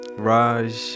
Raj